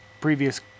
previous